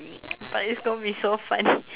but it's going to be so funny